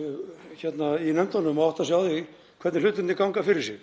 í nefndunum og átta sig á því hvernig hlutirnir ganga fyrir sig.